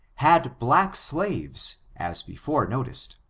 had black slaves, as before noticed.